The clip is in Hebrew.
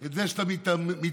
את זה שאתה מתעלם,